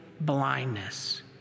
blindness